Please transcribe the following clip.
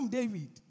David